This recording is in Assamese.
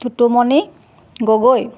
চুটুমণি গগৈ